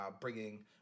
bringing